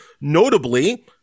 Notably